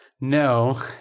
No